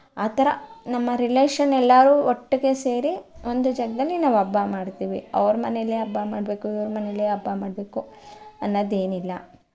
ಆ ಥರ ನಮ್ಮ ರಿಲೇಷನ್ ಎಲ್ಲರೂ ಒಟ್ಟಿಗೆ ಸೇರಿ ಒಂದು ಜಾಗದಲ್ಲಿ ನಾವು ಹಬ್ಬ ಮಾಡ್ತೀವಿ ಅವ್ರ ಮನೆಯಲ್ಲಿ ಹಬ್ಬ ಮಾಡಬೇಕು ಇವ್ರ ಮನೆಯಲ್ಲಿ ಹಬ್ಬ ಮಾಡಬೇಕು ಅನ್ನೊದೇನಿಲ್ಲ